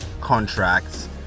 contracts